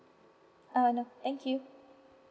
uh no thank you